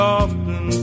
often